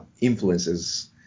influences